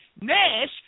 Nash